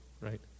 right